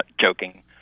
joking